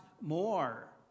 more